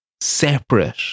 separate